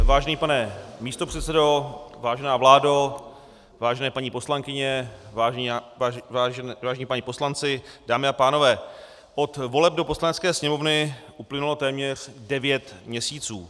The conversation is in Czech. Vážený pane místopředsedo, vážená vládo, vážené paní poslankyně, vážení páni poslanci, dámy a pánové, od voleb do Poslanecké sněmovny uplynulo téměř devět měsíců.